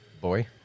boy